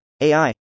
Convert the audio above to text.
AI